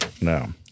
No